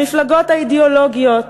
המפלגות האידיאולוגיות,